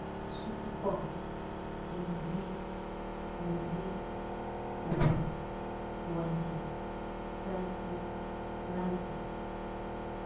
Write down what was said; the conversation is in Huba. Suku hong, gi muri, muri uba, wandi, sati, ladi